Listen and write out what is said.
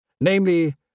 Namely